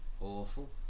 awful